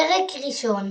פרק ראשון